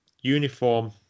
uniform